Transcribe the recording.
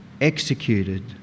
executed